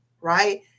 right